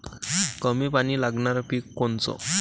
कमी पानी लागनारं पिक कोनचं?